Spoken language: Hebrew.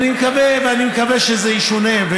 ואני מקווה שזה ישונה,